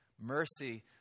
Mercy